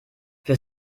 für